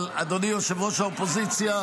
אבל אדוני ראש האופוזיציה,